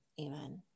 amen